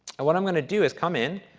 and what i'm going to do is come in,